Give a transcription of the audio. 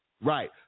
right